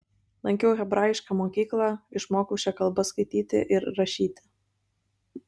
lankiau hebrajišką mokyklą išmokau šia kalba skaityti ir rašyti